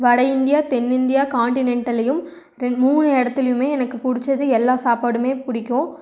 வட இந்தியா தென் இந்தியா கான்ட்டினென்ட்டல்லையும் மூணு இடத்துலையுமே எனக்கு பிடிச்சது எல்லா சாப்பாடும் பிடிக்கும்